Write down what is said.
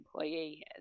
employee